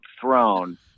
throne